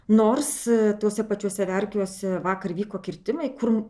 nors tuose pačiuose verkiuose vakar vyko kirtimai kur